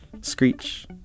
screech